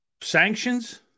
sanctions